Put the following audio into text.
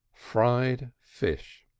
fried fish,